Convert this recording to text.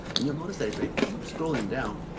and you'll notice that if i keep scrolling down,